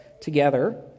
together